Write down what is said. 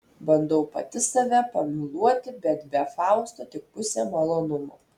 bandau pati save pamyluoti bet be fausto tik pusė malonumo